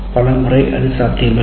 பல முறை அது சாத்தியமில்லை